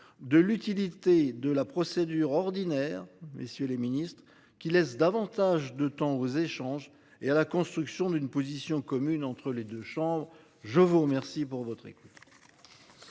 De l'utilité de la procédure ordinaire, messieurs les ministres, qui laisse davantage de temps aux échanges et à la construction d'une position commune entre les deux chambres. Je vous remercie pour votre.